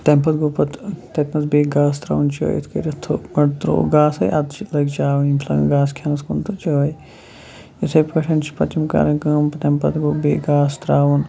تمہِ پَتہٕ گوٚو پَتہٕ تتنَس بیٚیہِ گاسہٕ تراوُن چٲیِتھ کٔرِتھ گۄڈٕ ترٛاوو گاسَے اَدٕ لٲکۍ چٲونہِ یِم چھِ لَگان گاسہٕ کھیٚنَس کُن تہٕ چٲے یِتھے پٲٹھۍ چھِ یِم پَتہٕ کَرن کٲم تمہِ پَتہٕ گوٚو بیٚیہِ گاسہِ تراوُن